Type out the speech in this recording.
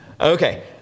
Okay